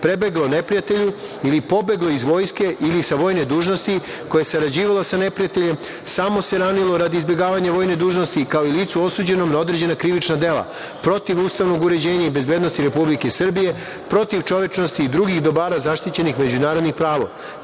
prebeglo neprijatelju ili pobeglo iz vojske ili sa vojne dužnosti, koje je sarađivalo sa neprijateljem, samo se ranilo radi izbegavanja vojne dužnosti, kao i licu osuđenom na određena krivična dela protiv ustavnog uređenja i bezbednosti Republike Srbije, protiv čovečnosti i drugih dobara zaštićenih međunarodnim